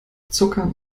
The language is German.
zuckern